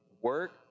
work